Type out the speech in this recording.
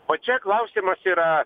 o čia klausimas yra